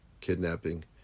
kidnapping